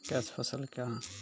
Cash फसल क्या हैं?